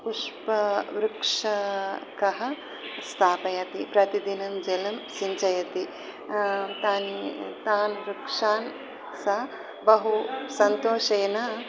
पुष्पवृक्षकं स्थापयति प्रतिदिनं जलं सिञ्चयति तानि तान् वृक्षान् सा बहु सन्तोषेण